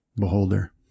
beholder